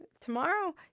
tomorrow